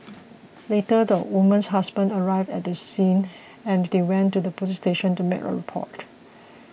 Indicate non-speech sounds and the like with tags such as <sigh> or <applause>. <noise> later the woman's husband arrived at the scene and they went to the police station to make a report